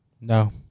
No